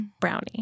Brownie